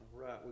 Right